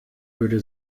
würde